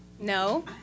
No